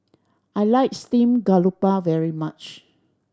I like steamed garoupa very much